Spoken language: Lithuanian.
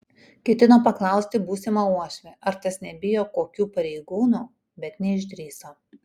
ketino paklausti būsimą uošvį ar tas nebijo kokių pareigūnų bet neišdrįso